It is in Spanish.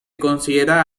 considera